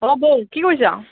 অ বৌ কি কৰিছ'